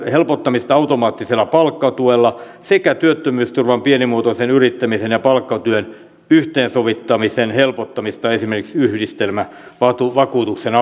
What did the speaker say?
helpottamista automaattisella palkkatuella sekä työttömyysturvan pienimuotoisen yrittämisen ja palkkatyön yhteensovittamisen helpottamista esimerkiksi yhdistelmävakuutuksen